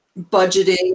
budgeting